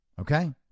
Okay